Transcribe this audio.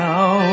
Now